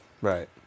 right